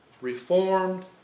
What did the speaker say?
reformed